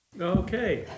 Okay